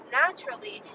naturally